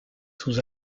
sous